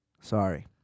Sorry